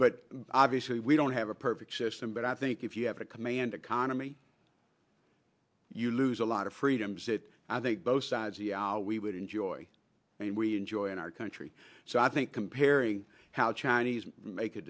but obviously we don't have a perfect system but i think if you have a command economy you lose a lot of freedoms that i think both sides we would enjoy and we enjoy in our country so i think comparing how chinese make a